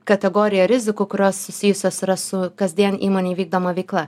kategorija rizikų kurios susijusios yra su kasdien įmonėj vykdoma veikla